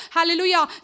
Hallelujah